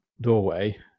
doorway